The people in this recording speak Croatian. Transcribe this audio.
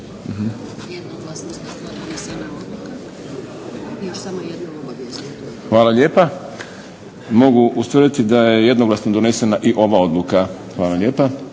Hvala lijepa. Mogu ustvrditi da je jednoglasno donesena ova odluka. Izvolite